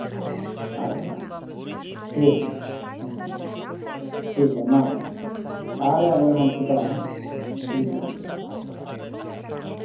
ᱟᱪᱪᱷᱟ ᱴᱷᱤᱠ ᱦᱮᱸ ᱴᱷᱤᱠ ᱜᱮᱭᱟ ᱢᱟ ᱟᱪᱪᱷᱟ ᱟᱨ ᱟᱞᱮ ᱨᱮᱱ ᱦᱚᱲᱠᱚ ᱪᱟᱞᱟᱜᱼᱟ ᱦᱟᱸᱜ ᱢᱤᱫ ᱠᱟᱛᱷᱟᱛᱮ